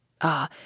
Ah